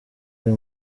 kuri